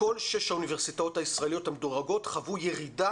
וכל שש האוניברסיטאות הישראליות המדורגות חוו ירידה